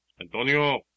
Antonio